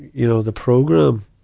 you know, the program,